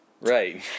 Right